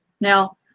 Now